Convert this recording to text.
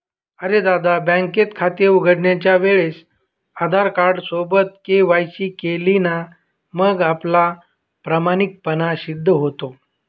अरे दादा, बँकेत खाते उघडण्याच्या वेळेस आधार कार्ड सोबत के.वाय.सी केली ना मग आपला प्रामाणिकपणा सिद्ध होतो